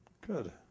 good